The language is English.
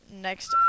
next